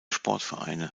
sportvereine